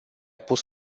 pus